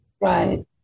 Right